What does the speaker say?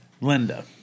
Linda